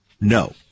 No